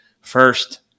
First